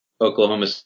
Oklahoma